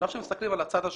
עכשיו כשמסתכלים על הצד השני,